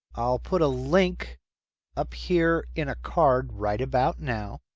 i'll put a link up here, in a card, right about now.